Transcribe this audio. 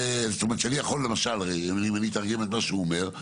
אם אני אתרגם את מה שאלעזר אומר,